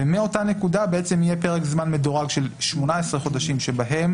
ומאותה נקודה יהיה פרק זמן מדורג של 18 חודשים שבהם